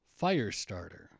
Firestarter